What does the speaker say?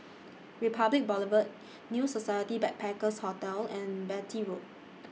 Republic Boulevard New Society Backpackers' Hotel and Beatty Road